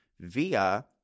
via